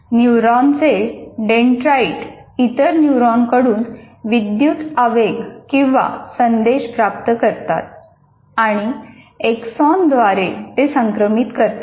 न्यूरॉन्सचे dendrite इतर न्यूरॉन्सकडून विद्युत आवेग किंवा संदेश प्राप्त करतात आणि एक्सॉनद्वारे ते संक्रमित करतात